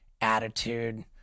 attitude